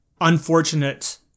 unfortunate